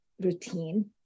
routine